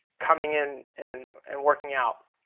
coming in in and working out.